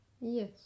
Yes